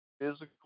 physical